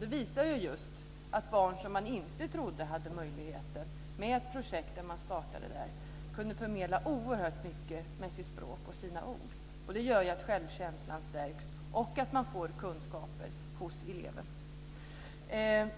Den visar just att barn som man inte trodde hade möjligheter när man startade projektet kunde förmedla oerhört mycket med sitt språk och sina ord. Det gör ju att självkänslan stärks och att eleverna får kunskaper.